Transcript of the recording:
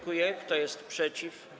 Kto jest przeciw?